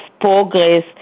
progress